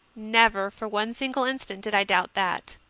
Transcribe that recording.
never for one single instant did i doubt that,